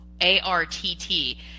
ARTT